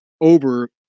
over